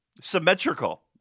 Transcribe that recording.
symmetrical